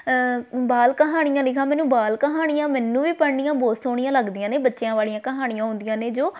ਬਾਲ ਕਹਾਣੀਆਂ ਲਿਖਾਂ ਮੈਨੂੰ ਬਾਲ ਕਹਾਣੀਆਂ ਮੈਨੂੰ ਵੀ ਪੜ੍ਹਨੀਆਂ ਬਹੁਤ ਸੋਹਣੀਆਂ ਲੱਗਦੀਆਂ ਨੇ ਬੱਚਿਆਂ ਵਾਲੀਆਂ ਕਹਾਣੀਆਂ ਹੁੰਦੀਆਂ ਨੇ ਜੋ